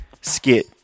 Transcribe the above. skit